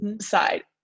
side